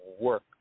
work